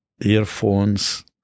earphones